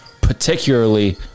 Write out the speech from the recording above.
particularly